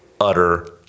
utter